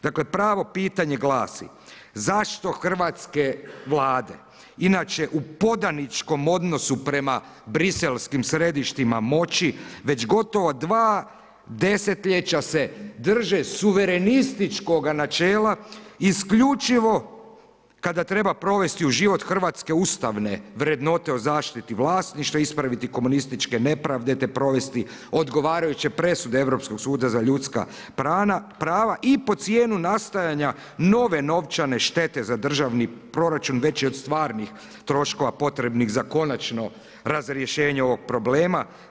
Dakle pravo pitanje glasi, zašto hrvatske vlade inače u podaničkom odnosu prema briselskim središtima moći, već gotovo dva desetljeća se drže suverenističkoga načela isključivo kada treba provesti u život hrvatske ustavne vrednote o zaštiti vlasništva i ispraviti komunističke nepravde, te provesti odgovarajuće presude Europskog suda za ljudska prava i pod cijenu nastajanja nove novčane štete za državni proračun veći od stvarnih troškova potrebnih za konačno razrješenje ovog problema.